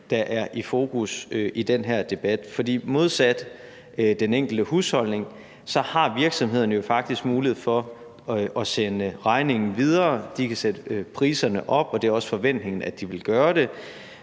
der er i fokus i den her debat, for modsat den enkelte husholdning har virksomhederne jo faktisk mulighed for at sende regningen videre. De kan sætte priserne op, og det er også forventningen, at de vil gøre det.